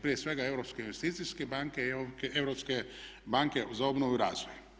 Prije svega Europske investicijske banke i Europske banke za obnovu i razvoj.